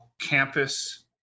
campus